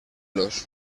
los